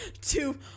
to-